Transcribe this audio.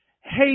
hey